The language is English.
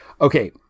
Okay